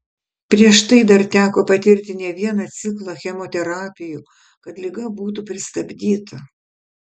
prieš tai dar teko patirti ne vieną ciklą chemoterapijų kad liga būtų pristabdyta